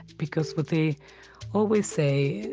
because what they always say,